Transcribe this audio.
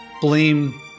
blame